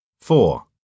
Four